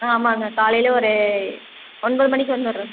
ஆ ஆமாங்க காலையில் ஒரு ஒன்பது மணிக்கு வந்துடுறோம்